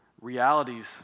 realities